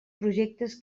projectes